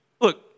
look